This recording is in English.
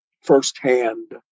firsthand